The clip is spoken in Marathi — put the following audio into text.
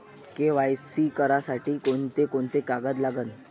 के.वाय.सी करासाठी कोंते कोंते कागद लागन?